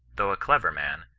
though a clever man,